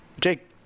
Jake